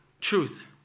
truth